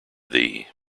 thee